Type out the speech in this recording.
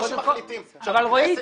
או שמחליטים שהכנסת יכולה --- אבל רועי,